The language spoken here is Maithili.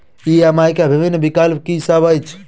ई.एम.आई केँ विभिन्न विकल्प की सब अछि